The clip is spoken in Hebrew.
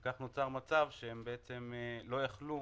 כך נוצר מצב שהם לא יכלו